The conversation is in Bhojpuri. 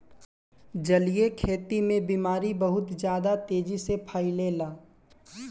जलीय खेती में बीमारी बहुत ज्यादा तेजी से फइलेला